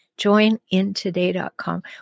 JoinIntoday.com